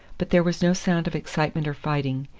but there was no sound of excitement or fighting,